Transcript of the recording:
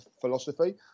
philosophy